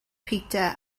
peter